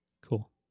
cool